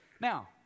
Now